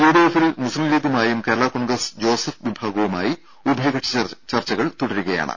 U ഡി എഫിൽ മുസ്സിംലീഗുമായും കേരള കോൺഗ്രസ് ജോസഫ് വിഭാഗവുമായി ഉഭയകക്ഷി ചർച്ചകൾ തുടരുകയാണ്